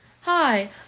Hi